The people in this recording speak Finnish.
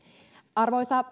arvoisa